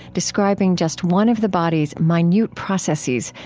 describing just one of the body's minute processes,